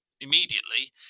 immediately